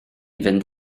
fynd